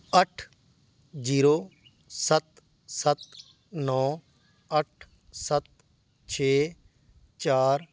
ਅੱਠ ਜ਼ੀਰੋ ਸੱਤ ਸੱਤ ਨੌਂ ਅੱਠ ਸੱਤ ਛੇ ਚਾਰ